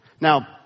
Now